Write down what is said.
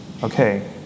Okay